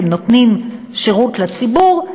כי הם נותנים שירות לציבור,